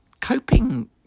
coping